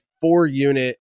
four-unit